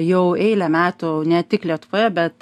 jau eilę metų ne tik lietuvoje bet